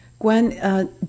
Gwen